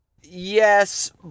yes